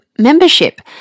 membership